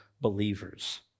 believers